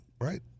right